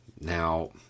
Now